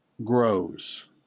grows